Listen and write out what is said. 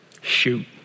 shoot